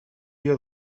dia